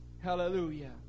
Hallelujah